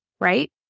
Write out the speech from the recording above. right